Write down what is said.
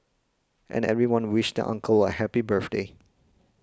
and everyone wished the uncle a happy birthday